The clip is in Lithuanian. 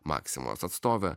maksimos atstovė